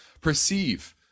perceive